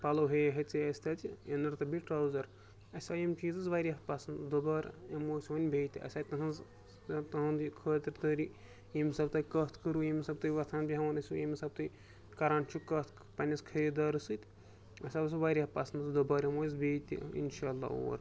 پَلو ہیٚیے ہیٚژے اَسہِ تَتہِ اِنَر تہٕ بیٚیہِ ٹرٛاوزَر اَسہِ آے یِم چیٖز حظ واریاہ پَسنٛد دُبارٕ یِمو أسۍ وَنہِ بیٚیہِ تہِ اَسہِ آے تٕہٕنٛز تُہُنٛد یہِ خٲطِردٲری ییٚمہِ حِساب تۄہہِ کَتھ کٔروُ ییٚمہِ حِساب تُہۍ وۄتھان بیٚہوان ٲسۍوٕ ییٚمہِ حِساب تُہۍ کَران چھُ کَتھ پںٛنِس خریدارَس سۭتۍ اَسہِ آو سُہ واریاہ پَسنٛد دُبارٕ یِمو أسۍ بیٚیہِ تہِ اِنشاءاللہ اور